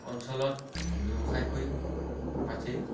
অঞ্চলত ব্যৱসায় কৰিও পাইছে